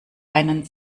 einen